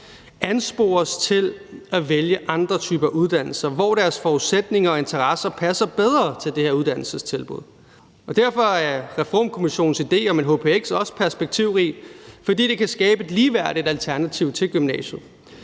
anspores til at vælge andre typer uddannelser, hvor deres forudsætninger og interesser passer bedre i forhold til det her uddannelsestilbud. Derfor er Reformkommissionens idé om en hpx også perspektivrig, fordi det kan skabe et ligeværdigt alternativ til gymnasiet.